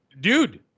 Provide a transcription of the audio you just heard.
dude